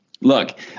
Look